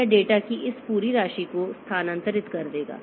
यह डेटा की इस पूरी राशि को स्थानांतरित कर देगा